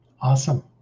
Awesome